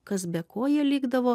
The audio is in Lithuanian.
kas be ko jie likdavo